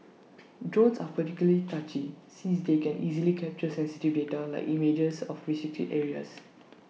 drones are particularly touchy since they can easily capture sensitive data like images of restricted areas